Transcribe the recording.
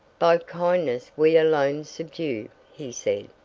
by kindness we alone subdue, he said.